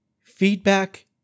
feedback